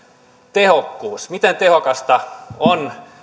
tehokkuus miten tehokasta on